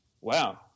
Wow